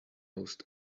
most